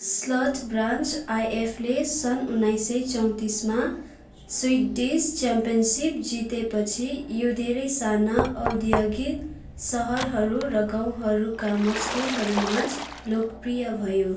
स्लट्ब्रान्च आइएफले सन् उन्नाइस सय चैतिसमा स्विडिस च्याम्पियनसिप जिते पछि यो धेरै साना औद्योगिक सहरहरू र गाउँहरूका मजदुरहरूमाझ लोकप्रिय भयो